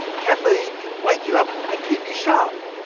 caffeine can wake you up, and keep you sharp.